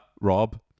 Rob